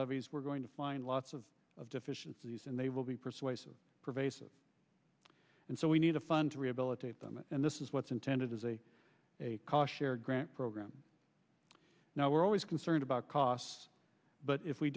levees we're going to find lots of of deficiencies and they will be persuasive pervasive and so we need a fund to rehabilitate them and this is what's intended as a cautionary grant program now we're always concerned about costs but if we